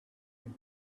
can